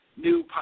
new